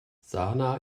sanaa